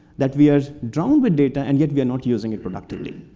that we are drowned with data, and yet we're not using it productively.